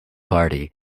party